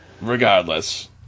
Regardless